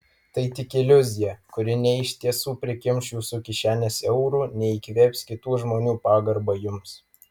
tai tik iliuzija kuri nei iš tiesų prikimš jūsų kišenes eurų nei įkvėps kitų žmonių pagarbą jums